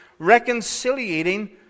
reconciliating